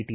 T